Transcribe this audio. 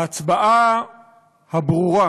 ההצבעה הברורה,